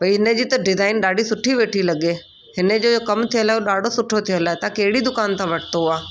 भइ इन जी त डिजाइन ॾाढी सुठी वेठी लॻे हिन जो जो कमु थियल आहे ॾाढो सुठो थियल ई तव्हां कहिड़ी दुकान तां वरितो आहे